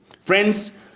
Friends